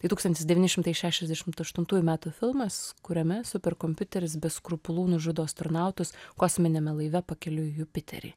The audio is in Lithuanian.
tai tūkstantis devyni šimtai šešiasdešimt aštuntųjų metų filmas kuriame superkompiuteris be skrupulų nužudo astronautus kosminiame laive pakeliui į jupiterį